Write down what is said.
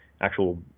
actual